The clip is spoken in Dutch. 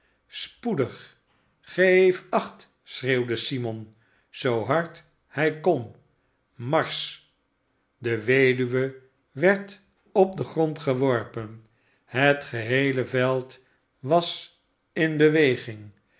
spoedig sgeef acht schreeuwde simon zoo hard hij kon marsch de weduwe werd op den grond geworpen het geheele veld was in beweging